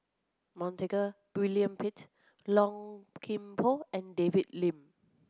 Montague William Pett Low Kim Pong and David Lim